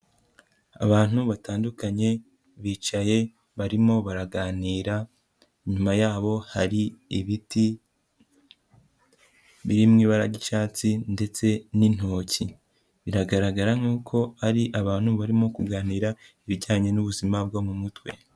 Abantu batandukanye bicaye barimo baraganira, inyuma yabo hari ibiti biri mu ibara ry'icyatsi ndetse n'intoki biragaragara nk'uko ari abantu barimo kuganira ibijyanye n'ubuzima bwo mu mutwe.